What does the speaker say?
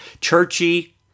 churchy